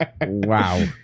Wow